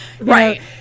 Right